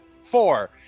four